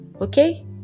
Okay